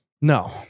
No